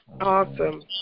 Awesome